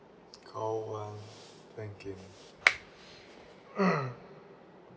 coldwell banking